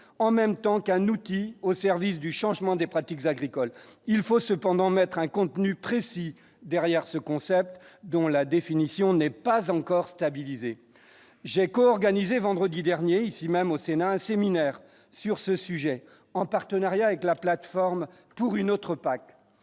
en même temps qu'un outil au service du changement des pratiques agricoles, il faut cependant mettre un contenu précis derrière ce concept dont la définition n'est pas encore stabilisé j'ai co-organisée vendredi dernier ici même au Sénat, un séminaire sur ce sujet, en partenariat avec la plateforme pour une autre PAC